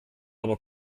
aber